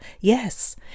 Yes